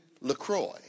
LaCroix